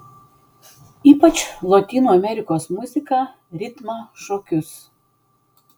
ypač lotynų amerikos muziką ritmą šokius